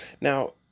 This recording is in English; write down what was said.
Now